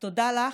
תודה לך,